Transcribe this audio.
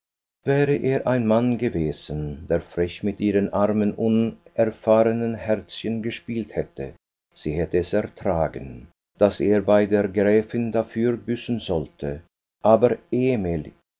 wäre er ein mann gewesen der frech mit ihrem armen unerfahrenen herzchen gespielt hätte sie hätte es ertragen daß er bei der gräfin dafür büßen sollte aber